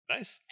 Nice